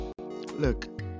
Look